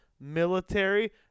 military